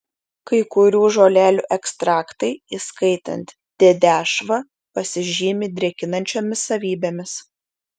kai kurių žolelių ekstraktai įskaitant dedešvą pasižymi drėkinančiomis savybėmis